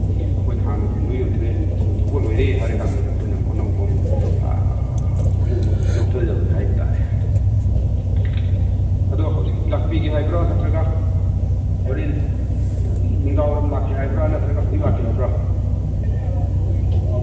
ꯑꯩꯈꯣꯏꯅ ꯍꯥꯟꯅ ꯑꯗꯨꯝ ꯂꯣꯏ ꯌꯣꯟꯊꯣꯛꯑꯦ ꯌꯣꯟꯊꯣꯛꯄ ꯂꯣꯏꯔꯦ ꯍꯥꯏꯔ ꯀꯥꯟꯗꯨꯗ ꯑꯩꯈꯣꯏꯅ ꯑꯃꯨꯛ ꯑꯅꯧꯕ ꯑꯃꯨꯛ ꯑꯃꯨꯛ ꯂꯧꯊꯖꯕꯅꯤ ꯍꯥꯏꯕ ꯇꯥꯔꯦ ꯑꯗꯣ ꯍꯧꯖꯤꯛ ꯂꯥꯛꯞꯤꯒꯦ ꯍꯥꯏꯕ꯭ꯔꯥ ꯅꯠꯇ꯭ꯔꯒ ꯍꯣꯔꯦꯟ ꯅꯨꯡꯗꯥꯡꯋꯥꯏꯔꯝ ꯂꯥꯛꯀꯦ ꯍꯥꯏꯕ꯭ꯔꯥ ꯅꯠꯇ꯭ꯔꯒ ꯍꯧꯖꯤꯛ ꯂꯥꯛꯀꯦ ꯍꯥꯏꯕ꯭ꯔꯥ